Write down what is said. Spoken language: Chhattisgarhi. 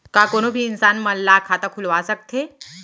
का कोनो भी इंसान मन ला खाता खुलवा सकथे?